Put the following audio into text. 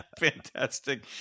Fantastic